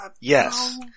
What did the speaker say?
Yes